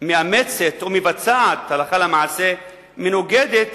מאמצת או מבצעת הלכה למעשה, מנוגדת